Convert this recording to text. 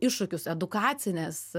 iššūkius edukacinės